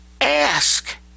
ask